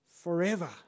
forever